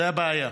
זו הבעיה.